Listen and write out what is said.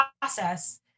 process